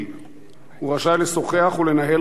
הוא רשאי לשוחח ולנהל חיי חברה.